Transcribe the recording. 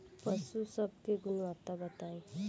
पशु सब के गुणवत्ता बताई?